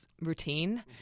routine